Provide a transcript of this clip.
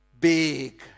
big